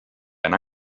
anar